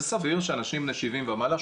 זה סביר שאנשים בני 70 ומעלה,